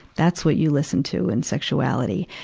that's what you listen to in sexuality.